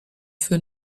für